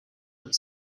but